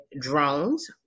drones